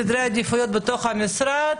סדרי עדיפויות בתוך המשרד,